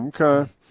Okay